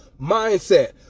mindset